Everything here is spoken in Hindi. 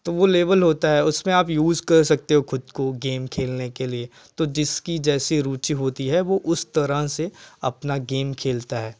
तो वो लेवल होता है उसमें आप यूज़ कर सकते हो खुद को गेम खेलने के लिए तो जिसकी जैसी रुचि होती है वो उस तरह से अपना गेम खेलता है